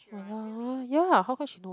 !wah! ya how come she know